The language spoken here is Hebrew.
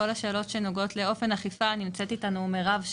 לכל השאלות לאופן האכיפה, נמצאת איתנו מירב.